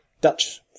dutch